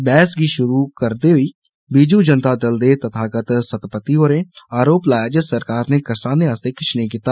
बैह्स गी षुरु करदे होई बीजू जनता दल दे तथागत सत्तपती होरें आरोप लाया जे सरकार ने करसानें आस्ते किष नेई कीता